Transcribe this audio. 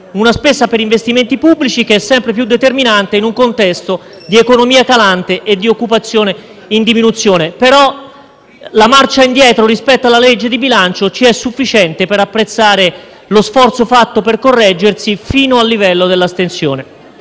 La spesa per investimenti pubblici è sempre più determinante in un contesto di economia calante e occupazione in diminuzione. Tuttavia, la marcia indietro rispetto alla legge di bilancio ci è sufficiente per apprezzare lo sforzo fatto per correggersi e quindi ci asterremo.